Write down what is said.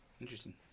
Interesting